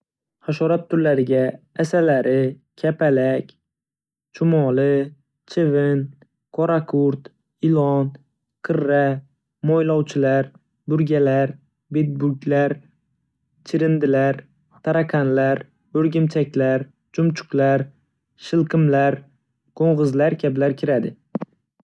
Hasharot turlariga: Asalari, kapalak, chumoli, chivin, qoraqurt, ilon, qirra, mo‘ylovchilar, burgalar, bedbuglar, chirindilar, tarakanlar, o‘rgimchaklar, chumchuqlar, shilqimlar, qo‘ng‘izlar kabilar kiradi.